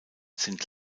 sind